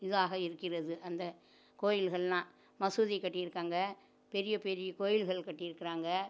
இதாக இருக்கிறது அந்த கோயில்கள்லாம் மசூதி கட்டியிருக்காங்க பெரிய பெரிய கோயில்கள் கட்டியிருக்குறாங்க